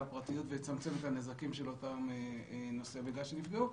הפרטיות ויצמצם את הנזקים של אותם נושאי מידע שנפגעו.